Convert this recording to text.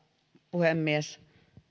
puhemies